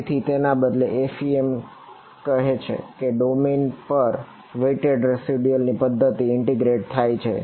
તેથી તેના બદલે એફઈએમ થાય છે